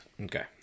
Okay